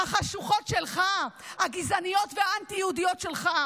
החשוכות שלך, הגזעניות והאנטי-יהודיות שלך.